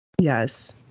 Yes